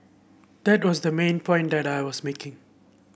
that was the main point that I was making